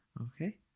Okay